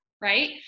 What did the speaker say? right